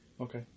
Okay